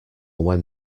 when